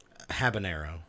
Habanero